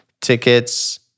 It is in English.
Tickets